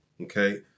Okay